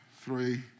three